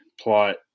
plot